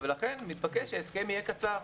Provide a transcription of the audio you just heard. ולכן מתבקש שההסכם יהיה קצר,